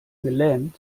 gelähmt